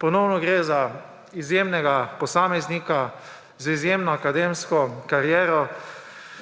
ponovno gre za izjemnega posameznika z izjemno akademsko kariero.